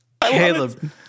Caleb